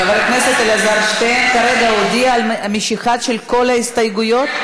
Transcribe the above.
חבר הכנסת אלעזר שטרן כרגע הודיע על משיכה של כל ההסתייגויות?